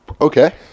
okay